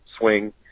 swing